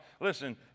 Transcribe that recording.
Listen